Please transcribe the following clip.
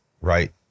right